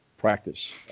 Practice